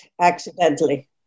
accidentally